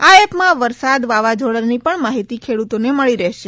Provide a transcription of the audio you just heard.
આ એપમાં વરસાદ વાવાઝોડાની પણ માહિતી ખેડૂતોને મળી રહેશ